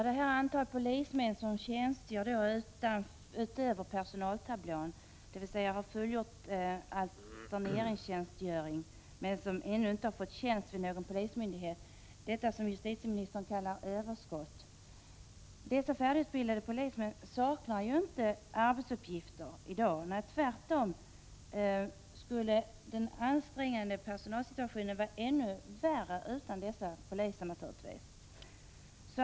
Herr talman! De polismän som tjänstgör utöver personaltablån, dvs. sådana som har fullgjort alterneringstjänstgöringen men ännu inte har fått tjänst vid någon polismyndighet, är det som justitieministern kallar överskott. Dessa färdigutbildade polismän saknar ju inte arbetsuppgifter i dag. Tvärtom, den ansträngda personalsituationen skulle naturligtvis vara ännu värre utan dessa poliser.